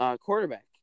quarterback